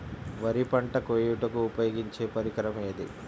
వరి పంట కోయుటకు ఉపయోగించే పరికరం ఏది?